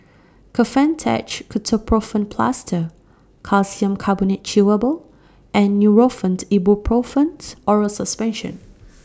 Kefentech Ketoprofen Plaster Calcium Carbonate Chewable and Nurofen Ibuprofen Oral Suspension